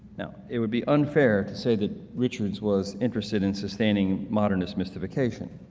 now it would be unfair to say that richards was interested in sustaining modernist mystification,